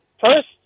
first